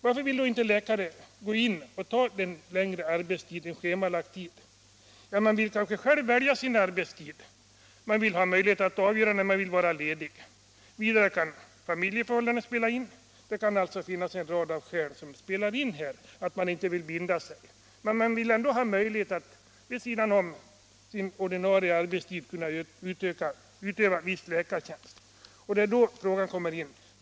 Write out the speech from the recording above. Varför vill då inte läkare gå in och ta den längre schemalagda arbetstiden? Man vill kanske själv välja sin arbetstid, man vill själv avgöra när man skall vara ledig. Vidare kan familjeförhållanden spela in. Det kan alltså finnas en rad skäl som bidrar till att man inte vill binda sig. Men man vill ändå ha möjlighet att vid sidan om sin ordinarie arbetstid utöva viss läkartjänst.